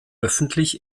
öffentlich